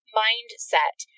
mindset